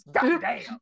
Goddamn